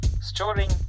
storing